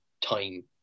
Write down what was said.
time